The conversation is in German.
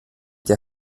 der